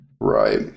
right